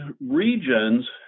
regions